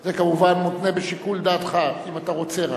זה כמובן מותנה בשיקול דעתך, רק אם אתה רוצה.